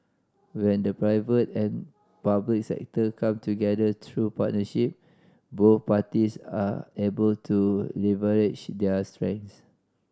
when the private and public sector come together through partnership both parties are able to leverage their strengths